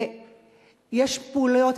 יש פעילויות,